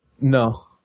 No